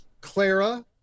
clara